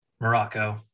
Morocco